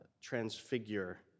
transfigure